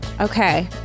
Okay